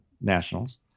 nationals